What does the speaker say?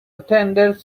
attended